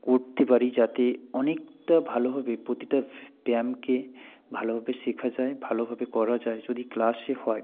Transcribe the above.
করতে পারি যাতে অনেকটা ভালোভাবে প্রতিটা ব্যায়ামকে ভালোভাবে শেখা যায় ভালোভাবে করা যায় যদি ক্লাসে হয়